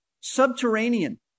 subterranean